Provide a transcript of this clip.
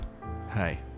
Hi